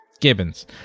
Gibbons